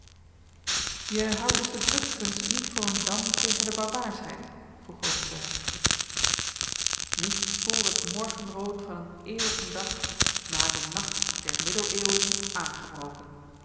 je houdt dus de drukkunst niet voor een dam tegen de barbaarsheid vroeg hoogenberg niet voor het morgenrood van een eeuwigen dag na de nacht der middeleeuwen aangebroken